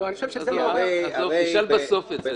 אני חושב שזה מעורר --- תשאל את זה בסוף.